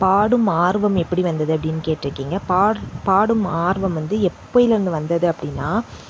பாடும் ஆர்வம் எப்படி வந்தது அப்படின்னு கேட்டிருக்கிங்க பாடற பாடும் ஆர்வம் வந்து எப்போலேந்து வந்தது அப்படின்னா